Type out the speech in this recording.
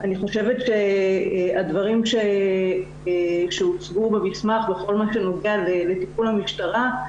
אני חושבת שהדברים שהוצגו במסמך לכל מה שנוגע לטיפול המשטרה,